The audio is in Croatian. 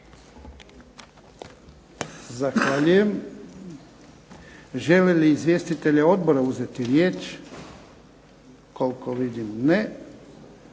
Zahvaljujem. Žele li izvjestitelji odbora uzeti riječ? Koliko vidim ne.